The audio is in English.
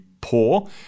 poor